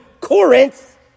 Corinth